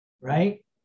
Right